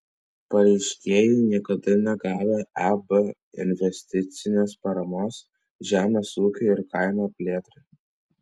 pareiškėjai niekada negavę eb investicinės paramos žemės ūkiui ir kaimo plėtrai